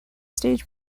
stage